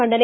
ಮಂಡನೆ